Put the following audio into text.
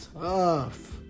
tough